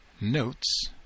notes